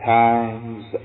times